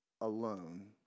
Alone